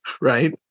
right